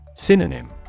Synonym